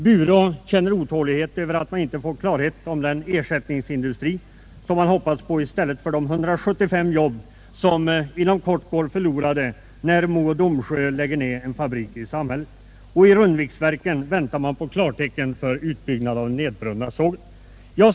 Bureå känner otålighet över att man inte får klarhet om den ersättningsindustri som man hoppats på i stället för de 175 jobb som inom kort går förlorade när Mo och Domsjö lägger ned fabriken i samhället. Och i Rundviksverken väntar man på klartecken för uppbyggnaden av den nedbrunna sågen.